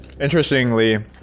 interestingly